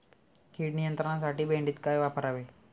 कीड नियंत्रणासाठी भेंडीत काय वापरावे?